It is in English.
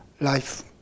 life